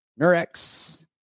Nurex